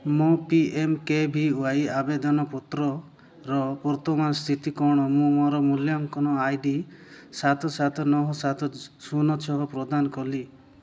ମୋ P M K V Y ଆବେଦନ ପତ୍ରର ବର୍ତ୍ତମାନ ସ୍ଥିତି କ'ଣ ମୁଁ ମୋର ମୂଲ୍ୟାଙ୍କନ ଆଇ ଡ଼ି ସାତ ସାତ ନଅ ସାତ ଶୂନ ଛଅ ପ୍ରଦାନ କଲି